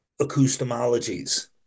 acoustomologies